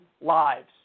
lives